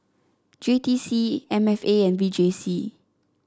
J T C M F A and V J C